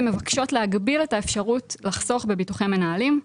מבקשות להגביל את האפשרות לחסוך בביטוחי מנהלים.